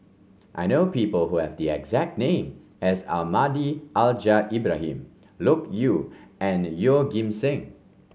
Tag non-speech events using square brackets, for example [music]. I know people who have the exact name as Almahdi Al [unintelligible] Ibrahim Loke Yew and Yeoh Ghim Seng